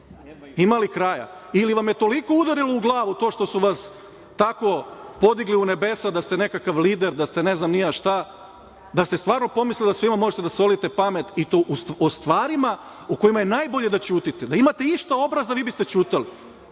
Ima li kraja? Ili vam je toliko udarilo u glavu to što su vas tako podigli u nebesa da ste nekakav lider, da ste ne znam ni ja šta, da ste stvarno pomislili da svima možete da solite pamet, i to o stvarima o kojima je najbolje da ćutite. Da imate išta obraza, vi biste ćutali.